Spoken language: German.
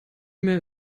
mail